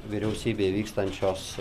vyriausybėj vykstančios